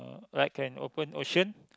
like an open ocean